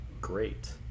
great